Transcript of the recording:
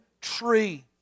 tree